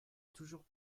toujours